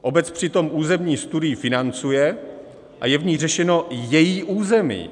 Obec přitom územní studii financuje a je v ní řešeno její území.